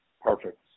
perfect